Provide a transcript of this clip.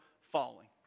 falling